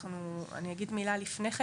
אני אגיד מילה לפני כן.